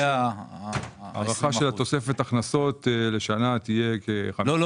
ההערכה של תוספת הכנסות לשנה תהיה --- לא.